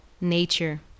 nature